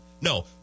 No